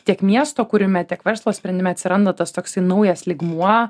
tiek miesto kūrime tiek verslo sprendime atsiranda tas toksai naujas lygmuo